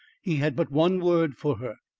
he had but one word for her.